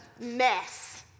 mess